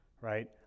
right